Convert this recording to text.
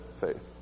faith